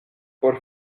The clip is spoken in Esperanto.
por